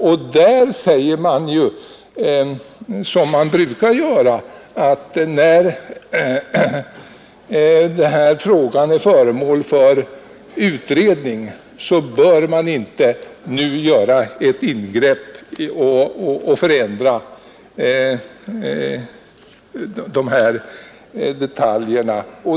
Och där säger man, som man brukar göra, att när nu denna fråga är föremål för utredning bör det inte göras några ingrepp som ändrar på förhållandena.